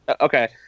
Okay